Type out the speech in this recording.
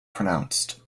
pronounced